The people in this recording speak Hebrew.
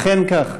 אכן כך.